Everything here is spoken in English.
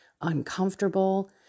uncomfortable